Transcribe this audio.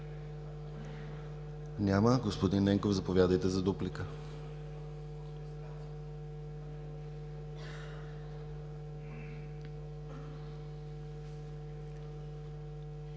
Няма. Господин Ненков, заповядайте за дуплика.